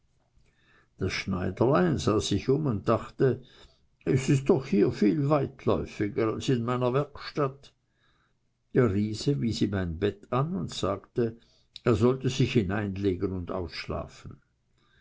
das schneiderlein sah sich um und dachte es ist doch hier viel weitläuftiger als in meiner werkstatt der riese wies ihm ein bett an und sagte er sollte sich hineinlegen und ausschlafen